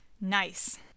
Nice